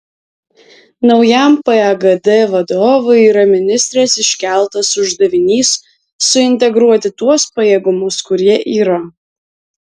naujam pagd vadovui yra ministrės iškeltas uždavinys suintegruoti tuos pajėgumus kurie yra